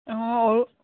অঁ